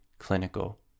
clinical